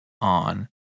on